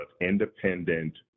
independent